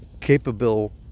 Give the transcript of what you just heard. capable